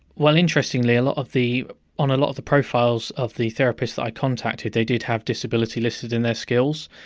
well interestingly a lot of the on a lot of the profiles of the therapists that i contacted they did have disability listed in their skills,